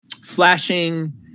flashing